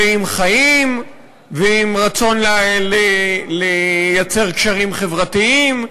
ועם חיים, ועם רצון לייצר קשרים חברתיים,